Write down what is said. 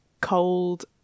cold